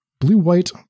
Blue-White